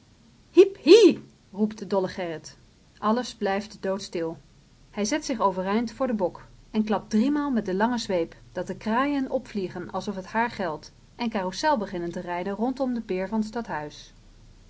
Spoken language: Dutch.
hiep hie roept dolle gerrit alles blijft doodstil hij zet zich overeind voor den bok en klapt driemaal met de lange zweep dat de kraaien opvliegen alsof het haar geldt en carousel beginnen te rijden rondom de peer van t stadhuis